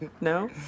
No